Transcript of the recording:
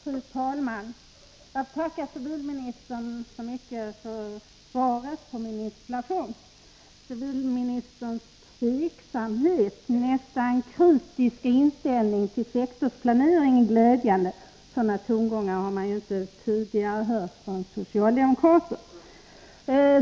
Fru talman! Jag får tacka civilministern så mycket för svaret på min interpellation. Civilministerns tveksamhet och nästan kritiska inställning till sektorsplaneringen är glädjande. Sådana tongångar har man inte tidigare hört från socialdemokrater.